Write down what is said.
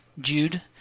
Jude